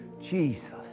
jesus